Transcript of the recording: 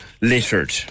Littered